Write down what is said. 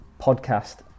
Podcast